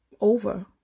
over